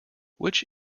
which